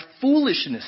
foolishness